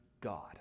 God